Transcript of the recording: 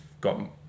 got